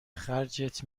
خرجت